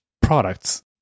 products